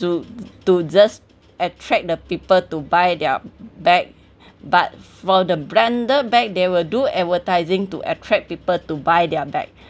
to to just attract the people to buy their bag but for the branded bag they will do advertising to attract people to buy their bag